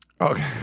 Okay